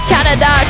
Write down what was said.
Canada